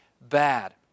Bad